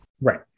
right